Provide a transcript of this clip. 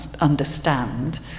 understand